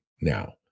now